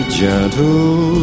gentle